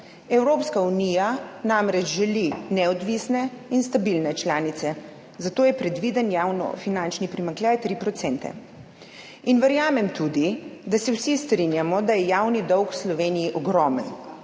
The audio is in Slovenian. Evropska unija namreč želi neodvisne in stabilne članice, zato je predviden javnofinančni primanjkljaj 3 %. In verjamem tudi, da se vsi strinjamo, da je javni dolg v Sloveniji ogromen,